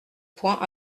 point